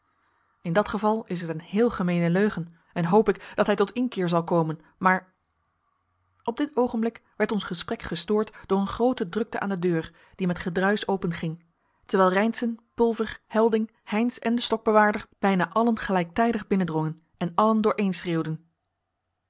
in dat geval is het een heel gemeene leugen en hoop ik dat hij tot inkeer zal komen maar op dit oogenblik werd ons gesprek gestoord door een groote drukte aan de deur die met gedruisch openging terwijl reynszen pulver helding heynsz en de stokbewaarder bijna allen gelijktijdig binnendrongen en allen dooreen schreeuwden